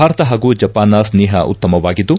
ಭಾರತ ಹಾಗೂ ಜಪಾನ್ನ ಸ್ನೇಹ ಉತ್ತಮವಾಗಿದ್ದು